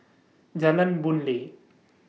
Jalan Boon Lay